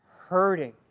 hurting